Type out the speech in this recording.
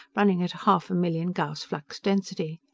running at half a million gauss flux-density.